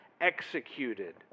executed